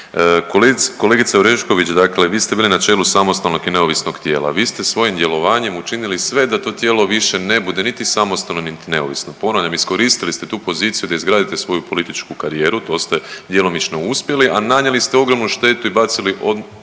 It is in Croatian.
Kolegice Orešković dakle vi ste bili na čelu samostalnog i neovisnog tijela, vi ste svojim djelovanjem učinili sve da to tijelo više ne bude niti samostalno, niti neovisno. Ponavljam, iskoristili ste tu poziciju da izgradite svoju političku karijeru to ste djelomično uspjeli, a nanijeli ste ogromnu štetu i bacili ogromnu